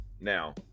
Now